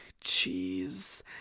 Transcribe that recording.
cheese